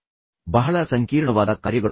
ಸಂಕೀರ್ಣವಾದ ಬಹಳ ಸಂಕೀರ್ಣವಾದ ಕಾರ್ಯಗಳು